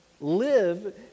live